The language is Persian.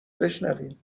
بشنویم